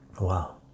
Wow